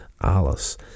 Alice